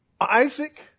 Isaac